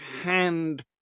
hand